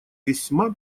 весьма